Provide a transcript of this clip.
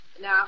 Now